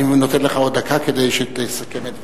אני נותן לך עוד דקה כדי שתסכם את דבריך.